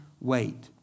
wait